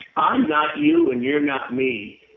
i'm not you and you're not me.